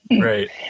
right